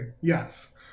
yes